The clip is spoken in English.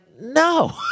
no